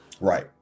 Right